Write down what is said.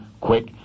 quick